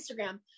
Instagram